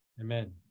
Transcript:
Amen